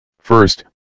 First